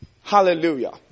Hallelujah